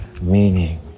Meaning